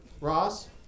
Ross